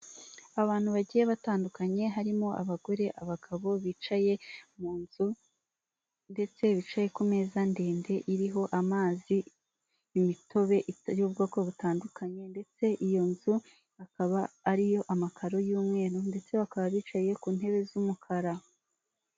Abantu bagiye batandukanye harimo abagore, abagabo bicaye mu nzu, ndetse bicaye ku meza ndende iriho amazi, imitobe itari ubwoko butandukanye ndetse iyo nzu akaba ariyo amakaro y'umweru ndetse bakaba bicaye ku ntebe z'umukara.